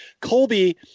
Colby